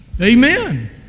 Amen